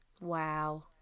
Wow